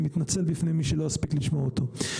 אני מתנצל בפני מי שלא אספיק לשמוע אותו,